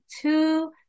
two